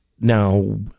Now